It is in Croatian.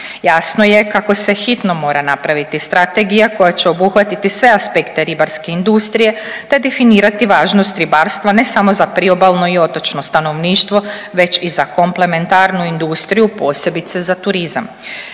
Jasno je kako se hitno mora napraviti strategija koja će obuhvati sve aspekte ribarske industrije te definirati važnost ribarstva ne samo za priobalno i otočno stanovništvo već i za komplementarnu industriju posebice za turizam.